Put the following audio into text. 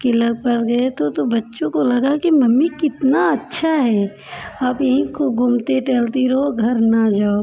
किला पास गए तो तो बच्चों को लगा कि मम्मी कितना अच्छा है आप यहीं खूब घूमते टहलती रहो घर ना जाओ